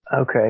Okay